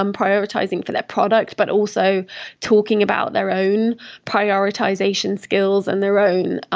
um prioritizing for their product, but also talking about their own prioritization skills and their own